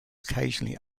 occasionally